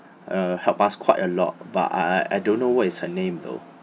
uh help us quite a lot but I I I don't know what is her name though